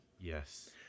Yes